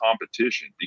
competition